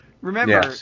Remember